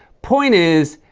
point is,